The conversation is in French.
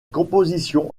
compositions